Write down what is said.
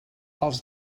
els